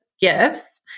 gifts